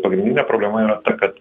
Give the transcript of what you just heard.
pagrindinė problema yra ta kad